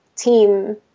team